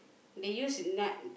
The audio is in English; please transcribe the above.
they use